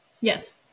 Yes